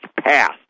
passed